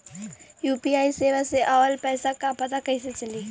UPI सेवा से ऑयल पैसा क पता कइसे चली?